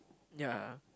ya